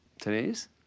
Today's